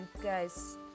guys